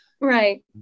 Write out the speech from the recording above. right